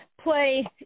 play